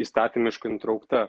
įstatymiškai nutraukta